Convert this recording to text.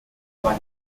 bei